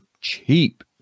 cheap